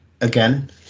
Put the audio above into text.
again